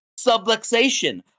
subluxation